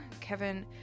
Kevin